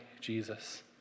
Jesus